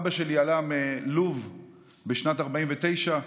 אבא שלי עלה מלוב בשנת 1949,